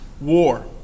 war